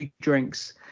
drinks